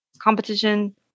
Competition